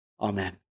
Amen